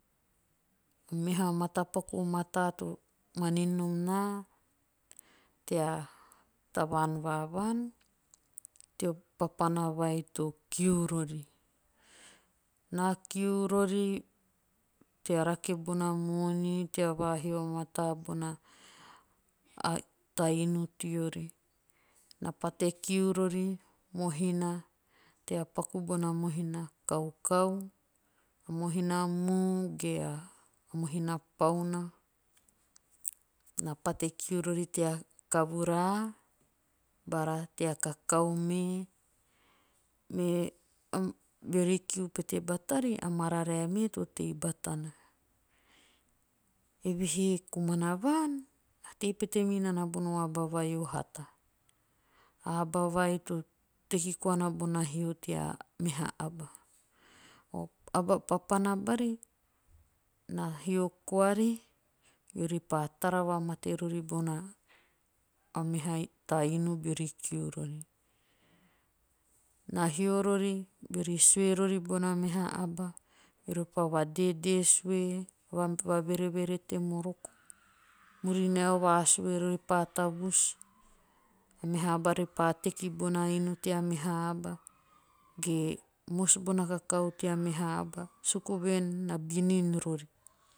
A meha matapaku o mataa to manin nom naa. tea tavan va vaan. teo papana vai to kiu rori. Na koi rori tea rake bona moni tea vahio vamataa bona a taa inu teori. Na pate kiu rori tea mohina. tea paku bana mohina kaukau. a mohina muu. ge a mohina pauna. Na pate kiu rori tea kavura bara tea kakao me. Me beori kiu pete batari. a mararae me to tei batana. Eve he komana vaan. na tei pete batana bon hio. A aba vai to teki batana. Eve he komana vaan. na tei pete batana bon aba vai o hata. A aba vai to teki koana bona hio tea meha aba. Aba papana bari na hio kaari. eori pa tara vamatate rori bona meha aba. eori pa va va deedee sue. vavereverete moroko. murinae o vasus ore pa tavus. a meha aba repa teki bona inu tea meha aba. ge mosi bona kakao tea meha aba. Suku voen na binin rori.